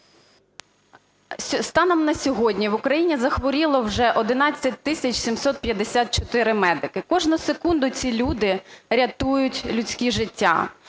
Станом на сьогодні в Україні захворіло вже 11 тисяч 754 медики. Кожну секунду ці люди рятують людські життя.